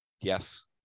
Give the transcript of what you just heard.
Yes